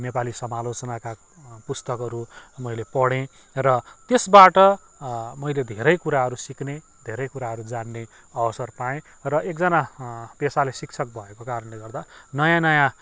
नेपाली समालोचनाका पुस्तकहरू मैले पढेँ र त्यसबाट मैले धेरै कुराहरू सिक्ने धेरै कुराहरू जान्ने अवसर पाएँ र एकजना पेसाले शिक्षक भएको कारणले गर्दा नयाँ नयाँ